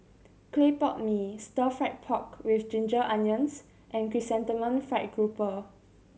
clay pot mee Stir Fried Pork With Ginger Onions and Chrysanthemum Fried Grouper